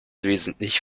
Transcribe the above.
wesentlich